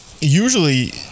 usually